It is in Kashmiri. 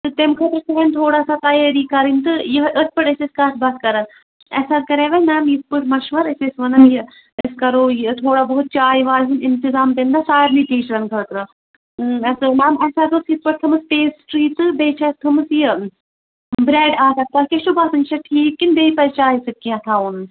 تمہِ خٲطرٕ چھِ وۄنۍ تھوڑا سا تَیٲری کَرٕنۍ تہٕ یہے أتھۍ پٮ۪ٹھ ٲسۍ أسۍ کَتھ باتھ کَران اَسہِ حظ کَرے وۄںی میم اِتھ پٲٹھۍ مشورٕ أسۍ ٲسۍ وَنان یہِ أسۍ کَرو یہِ تھوڑا بہت چاے واے ہُند اِنتِظام تمہِ دۄہ سارنٕے ٹیٖچرَن خٲطرٕ یِم اَسہِ میم اَسہِ حظ اوس یِتھٕ پٲٹھۍ تھٲومٕژ پیسٹری تہٕ بیٚیہِ چھِ اَسہِ تھٲومٕژ یہِ برٮ۪ڈ اکھ اکھ تۄہہِ کیاہ چھو باسان یہِ چھا ٹھیٖک کِنہٕ بیٚیہِ چھُ کیٚنٛہہ چاے سۭتۍ تھاوُن